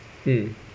mm